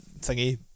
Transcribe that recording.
thingy